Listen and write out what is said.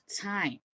time